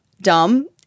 dumb